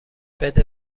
بده